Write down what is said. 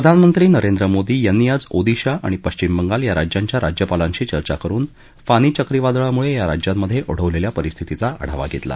प्रधानमंत्री नरेंद्र मोदी यांनी आज ओदिशा आणि पश्चिम बंगाल या राज्यांच्या राज्यपालांशी चर्चा करुन फानी चक्रीवादळामुळं या राज्यांमधे ओढवलेल्या परिस्थितीचा आढावा घेतला